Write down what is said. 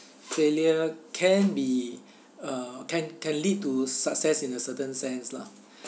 failure can be uh can can lead to success in a certain sense lah